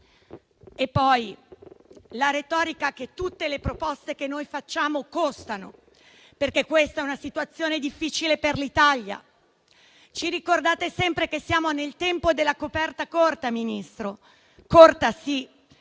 E ancora, la retorica che tutte le proposte che facciamo noi costano, perché questa è una situazione difficile per l'Italia. Ci ricordate sempre che siamo nel tempo della coperta corta, Ministro. Corta sì,